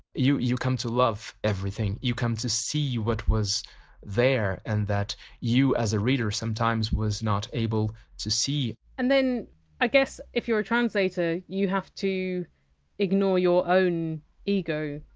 you you come to love everything you come to see what was there and that you as a reader sometimes was not able to see and then i guess if you're a translator you have to ignore your own ego,